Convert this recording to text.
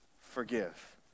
forgive